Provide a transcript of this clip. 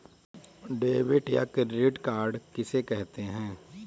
Debit या credit card किसे कहते हैं?